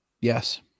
Yes